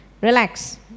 Relax